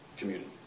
community